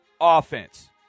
offense